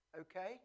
Okay